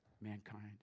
mankind